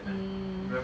mm